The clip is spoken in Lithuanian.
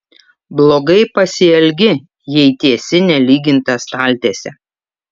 blogai pasielgi jei tiesi nelygintą staltiesę